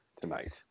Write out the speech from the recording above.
tonight